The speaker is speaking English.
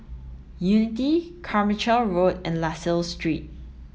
Unity Carmichael Road and La Salle Street